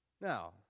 Now